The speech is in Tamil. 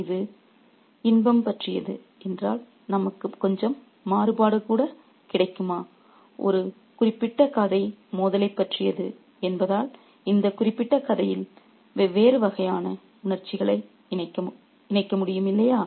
ஆகவே இது இன்பம் பற்றியது என்றால் நமக்கு கொஞ்சம் மாறுபாடு கூட கிடைக்குமா ஒரு ஒரு குறிப்பிட்ட கதை மோதலைப் பற்றியது என்பதால் இந்த குறிப்பிட்ட கதையில் வெவ்வேறு வகையான உணர்ச்சிகளை இணைக்க முடியும் இல்லையா